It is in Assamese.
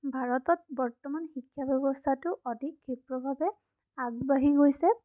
ভাৰতত বৰ্তমান শিক্ষা ব্যৱস্থাটো অধিক ক্ষিপ্ৰভাৱে আগবাঢ়ি গৈছে